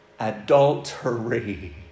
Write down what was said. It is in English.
Adultery